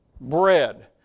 bread